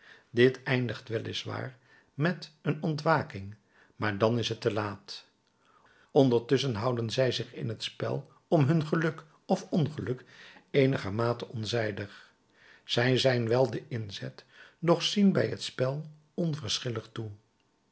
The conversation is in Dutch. dit eindigt wel is waar met een ontwaking maar dan is het te laat ondertusschen houden zij zich in het spel om hun geluk of ongeluk eenigermate onzijdig zij zijn wel de inzet doch zien bij het spel onverschillig toe